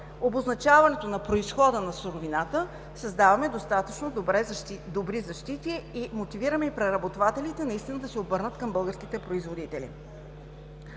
обозначаването на произхода на суровината, създаваме достатъчно добри защити и мотивираме и преработвателите наистина да се обърнат към българските производители.